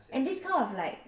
and this kind of like